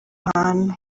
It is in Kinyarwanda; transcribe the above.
hantu